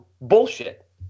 bullshit